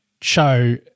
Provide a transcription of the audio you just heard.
show